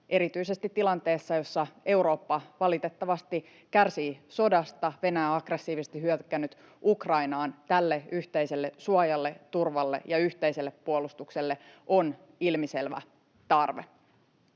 erityisesti tilanteessa, jossa Eurooppa valitettavasti kärsii sodasta, Venäjä on aggressiivisesti hyökännyt Ukrainaan, tälle yhteiselle suojalle, turvalle ja yhteiselle puolustukselle on ilmiselvä tarve.